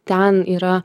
ten yra